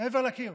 מעבר לקיר,